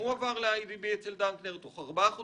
עבר לאיי די בי אצל דנקנר תוך ארבעה חודשים.